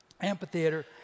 amphitheater